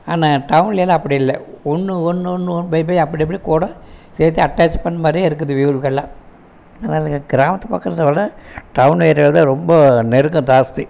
ஆனால் டவுன்லலாம் அப்படி இல்லை ஒன்று ஒன்று ஒண்ணுன்னு பை பை அப்படி அப்படியே கூட சேர்த்து அட்டாச் பண்ண மாதிரியே இருக்குது வீடுங்கள்லாம் அதனால் கிராமத்து பக்கத்தை விட டவுன் ஏரியா தான் ரொம்ப நெருக்கம் ஜாஸ்தி